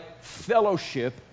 fellowship